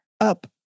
up